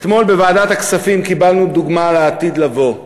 אתמול קיבלנו בוועדת הכספים דוגמה לעתיד לבוא.